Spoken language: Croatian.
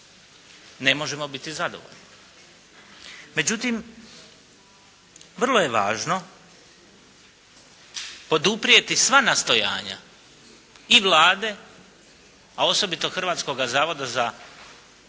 ne možemo biti zadovoljni. Međutim, vrlo je važno poduprijeti sva nastojanja i Vlade, a osobito Hrvatskoga zavoda za zapošljavanje